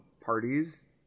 parties